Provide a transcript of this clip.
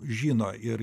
žino ir